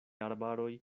arbaroj